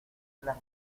las